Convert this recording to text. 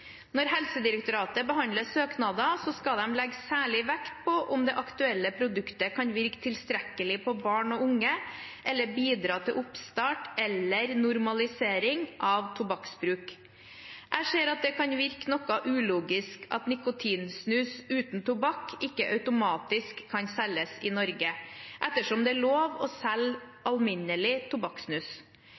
Når Helsedirektoratet behandler søknader, skal de legge særlig vekt på om det aktuelle produktet kan virke tiltrekkende på barn og unge eller bidra til oppstart eller normalisering av tobakksbruk. Jeg ser at det kan virke noe ulogisk at nikotinsnus uten tobakk ikke automatisk kan selges i Norge ettersom det er lov å selge alminnelig